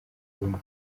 bumwe